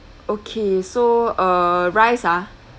okay so uh rice ah